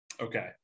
Okay